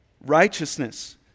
Righteousness